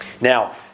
Now